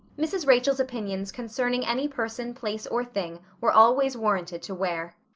mrs. rachel's opinions concerning any person, place, or thing, were always warranted to wear.